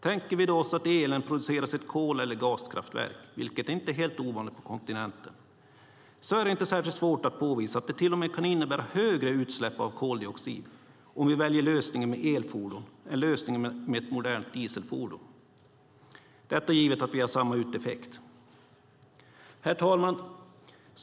Tänker vi oss då att elen produceras i ett kol eller gaskraftverk, vilket inte är helt ovanligt på kontinenten, är det inte särskilt svårt att påvisa att det till och med kan innebära ett högre utsläpp av koldioxid om vi väljer lösningen med elfordon än lösningen med ett modernt dieselfordon, givet att vi har samma uteffekt. Herr talman!